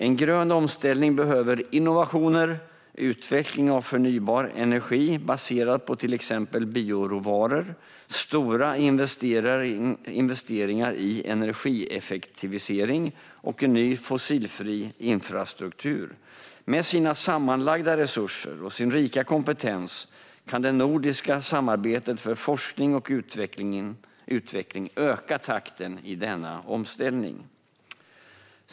En grön omställning behöver innovationer, utveckling av förnybar energi baserad på till exempel bioråvaror, stora investeringar i energieffektivisering och en ny fossilfri infrastruktur. Med sina sammanlagda resurser och sin rika kompetens kan det nordiska samarbetet för forskning och utveckling öka takten i denna omställning.